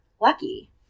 lucky